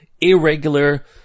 irregular